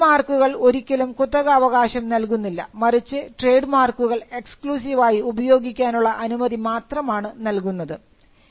എന്നാൽ ട്രേഡ് മാർക്കുകൾ ഒരിക്കലും കുത്തകാവകാശം നൽകുന്നില്ല മറിച്ച് ട്രേഡ് മാർക്കുകൾ എക്സ്ക്ലൂസിവായി ഉപയോഗിക്കാനുള്ള അനുമതി മാത്രമാണ് നൽകുന്നത്